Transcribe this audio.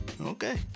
Okay